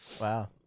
Wow